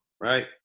right